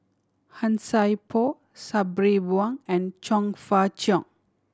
Han Sai Por Sabri Buang and Chong Fah Cheong